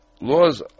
laws